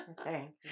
Okay